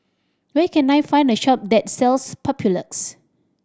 where can I find a shop that sells Papulex